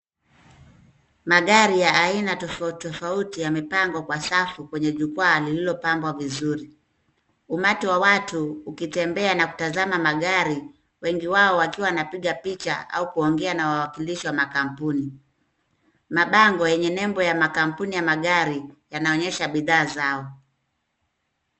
Magari ya aina tofauti tofauti yamepangwa kwa safu kwenye jukwaa lilipoangwa vizuri. Umati wa watu ukitembea na kutazama magari wengi wao wakiwa wanapiga picha au kuongea na wawakilishi wa makampuni. Mabango yenye nembo ya makampuni ya magari yanaonyesha bidhaa zao.